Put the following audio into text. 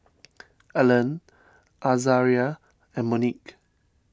Ellen Azaria and Monique